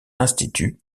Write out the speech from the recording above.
institut